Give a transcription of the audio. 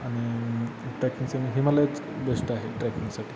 आणि ट्रॅकिंगसा हिमालयच बेश्ट आहे ट्रॅकिंगसाठी